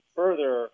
further